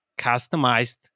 customized